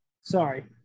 Sorry